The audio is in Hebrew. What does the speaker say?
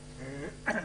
פעולה.